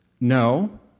no